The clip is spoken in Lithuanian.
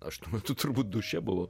aš tuo metu turbūt duše buvau